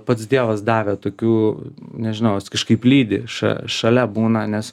pats dievas davė tokių nežinau jis kažkaip lydi ša šalia būna nes